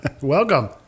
Welcome